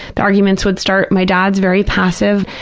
the arguments would start. my dad's very passive.